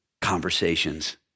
conversations